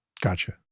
Gotcha